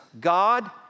God